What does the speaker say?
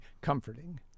comforting